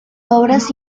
obras